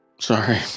sorry